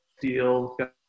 deal